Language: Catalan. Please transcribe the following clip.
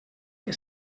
que